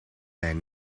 mijn